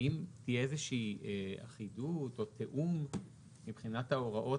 האם תהיה איזו שהיא אחידות או תיאום מבחינת ההוראות?